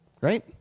right